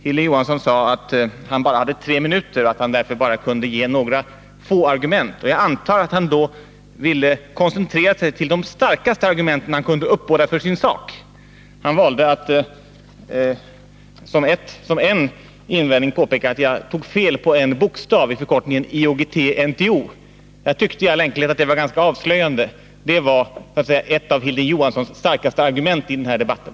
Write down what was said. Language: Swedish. Hilding Johansson sade att han bara hade tre minuter på sig och att han därför bara kunde ge några få argument. Jag antar att han då ville koncentrera sig på de starkaste argument för sin sak som han kunde uppbåda, och det var tydligen att jag tog fel på en bokstav i förkortningen IOGT-NTO. 2 Jag tyckte i all enkelhet att det var ganska avslöjande att det var ett av Hilding Johanssons starkaste argument i den här debatten.